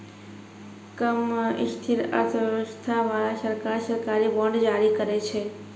कम स्थिर अर्थव्यवस्था बाला सरकार, सरकारी बांड जारी करै छै